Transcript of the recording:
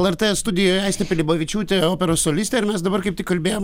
lrt studijoj aistė pilibavičiūtė operos solistė ir mes dabar kaip tik kalbėjom